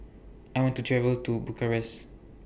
I want to travel to Bucharest